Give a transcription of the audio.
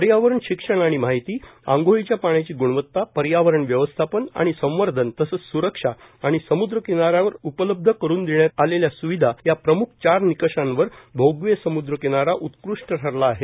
पर्यावरण शिक्षण आणि माहिती आंघोळीच्या पाण्याची ग्णवत्ता पर्यावरण व्यवस्थापन आणि संवर्धन तसच स्रक्षा आणि समुद्र किनाऱ्यावर उपलब्ध करून देण्यात आलेल्या स्विधा या प्रम्ख चार निकषांवर भोगवे सम्द्र किनारा उत्कृष्ट ठरला आहे